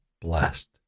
blessed